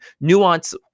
nuance